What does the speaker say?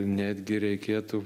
netgi reikėtų